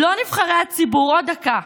עוד דקה.